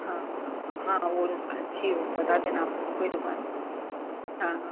हाँ हाँ हाँ हाँ वो अच्छी हो बता देना आप हमको कोई दुकान हाँ हाँ